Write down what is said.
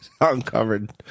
uncovered